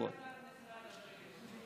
לפי אתר משרד הבריאות.